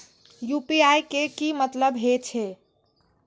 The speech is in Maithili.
यू.पी.आई के की मतलब हे छे?